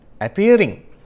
appearing